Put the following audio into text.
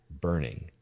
burning